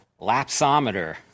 lapsometer